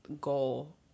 goal